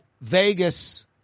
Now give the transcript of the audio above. Vegas